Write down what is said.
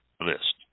list